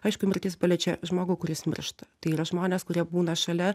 aišku mirtis paliečia žmogų kuris miršta tai yra žmonės kurie būna šalia